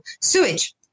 sewage